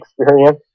Experience